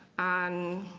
and